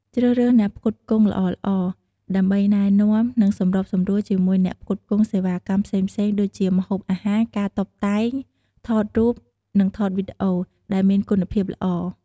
ជ្រើសរើសអ្នកផ្គត់ផ្គង់ល្អៗ ដើម្បីណែនាំ និងសម្របសម្រួលជាមួយអ្នកផ្គត់ផ្គង់សេវាកម្មផ្សេងៗដូចជា ម្ហូបអាហារ ការតុបតែង ថតរូប និងថតវីដេអូ ដែលមានគុណភាពល្អ។